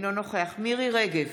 אינו נוכח מירי מרים רגב,